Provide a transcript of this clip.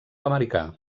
americà